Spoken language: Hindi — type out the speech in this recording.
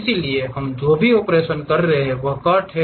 इसलिए हम जो भी ऑपरेशन कर रहे हैं वह कट है